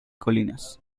colinas